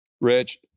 Rich